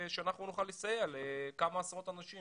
שאנחנו נסייע לכמה עשרות אנשים